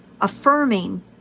affirming